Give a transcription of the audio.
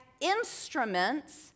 instruments